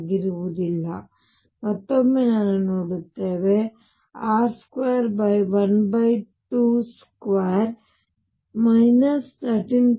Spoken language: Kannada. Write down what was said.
ಆದ್ದರಿಂದ ಮತ್ತೊಮ್ಮೆ ನಾವು ನೋಡುತ್ತೇವೆ r2 122 13